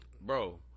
Bro